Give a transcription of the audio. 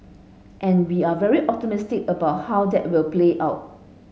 and we're very optimistic about how that will play out